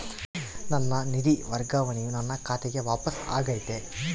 ನನ್ನ ನಿಧಿ ವರ್ಗಾವಣೆಯು ನನ್ನ ಖಾತೆಗೆ ವಾಪಸ್ ಆಗೈತಿ